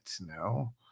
No